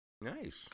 Nice